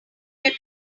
get